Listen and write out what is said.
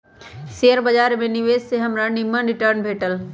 share बाजार में निवेश से हमरा निम्मन रिटर्न भेटल